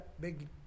big